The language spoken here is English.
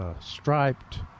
striped